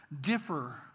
differ